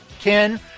Ken